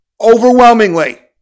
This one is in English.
Overwhelmingly